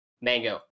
Mango